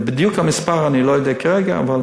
את המספר בדיוק אני לא יודע כרגע, אבל